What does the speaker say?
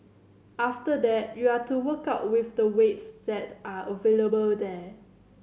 after that you're to work out with the weights that are available there